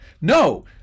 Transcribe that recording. No